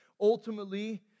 Ultimately